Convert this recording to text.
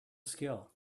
skill